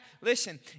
Listen